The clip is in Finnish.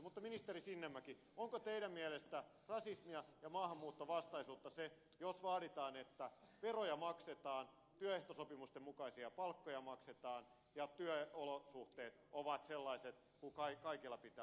mutta ministeri sinnemäki onko teidän mielestänne rasismia ja maahanmuuttovastaisuutta se jos vaaditaan että veroja maksetaan työehtosopimusten mukaisia palkkoja maksetaan ja työolosuhteet ovat sellaiset kuin kaikilla pitää olla työmailla